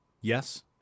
Yes